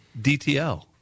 DTL